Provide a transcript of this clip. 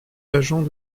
agent